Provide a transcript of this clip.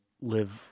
live